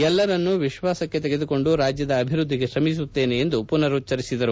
ಎಲ್ಲರನ್ನೂ ವಿಶ್ವಾಸಕ್ಕೆ ತೆಗೆದುಕೊಂಡು ರಾಜ್ಯದ ಅಭಿವೃದ್ಧಿಗೆ ಶ್ರಮಿಸುತ್ತೇನೆ ಎಂದು ಪುನರುಚ್ಚರಿಸಿದರು